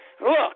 Look